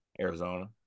Arizona